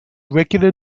regular